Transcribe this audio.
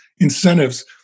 incentives